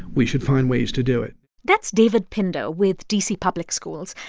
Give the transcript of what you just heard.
we should find ways to do it that's david pinder with d c. public schools.